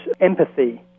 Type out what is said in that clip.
empathy